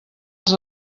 els